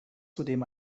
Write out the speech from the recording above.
zudem